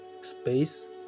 space